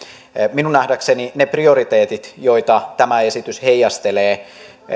minun nähdäkseni ne prioriteetit joita tämä esitys heijastelee